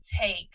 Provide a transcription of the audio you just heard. take